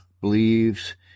believes